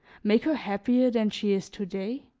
make her happier than she is to-day?